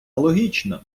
логічно